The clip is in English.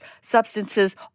substances